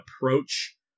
approach